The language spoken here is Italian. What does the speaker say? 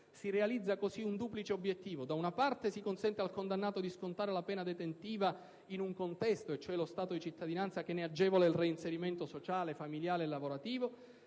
Si realizza così un duplice obiettivo: da una parte, si consente al condannato di scontare la pena detentiva in un contesto, e cioè lo Stato di cittadinanza, che ne agevola il reinserimento sociale, familiare e lavorativo;